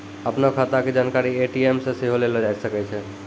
अपनो खाता के जानकारी ए.टी.एम से सेहो लेलो जाय सकै छै